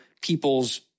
people's